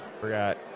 Forgot